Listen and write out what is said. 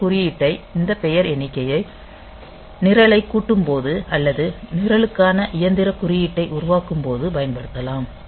இந்த குறியீட்டை இந்த பெயர் எண்ணிக்கையை நிரலைக் கூட்டும் போது அல்லது நிரலுக்கான இயந்திரக் குறியீட்டை உருவாக்கும் போது பயன்படுத்தலாம்